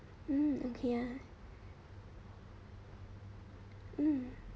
mm okay ah mm